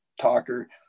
Talker